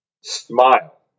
Smile